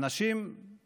אלה אנשים שעובדים,